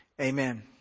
Amen